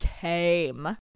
came